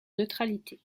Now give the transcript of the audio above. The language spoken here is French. neutralité